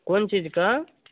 कौन चीज़ का